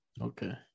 Okay